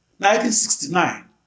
1969